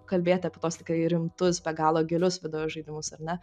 kalbėti apie tuos tikrai rimtus be galo gilius videožaidimus ar ne